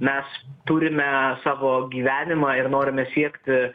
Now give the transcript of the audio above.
mes turime savo gyvenimą ir norime siekti